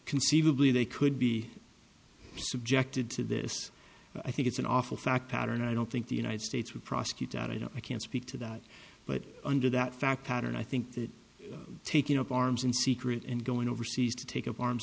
conceivably they could be subjected to this i think it's an awful fact pattern i don't think the united states would prosecute that i don't i can't speak to that but under that fact pattern i think that taking up arms in secret and going overseas to take up arms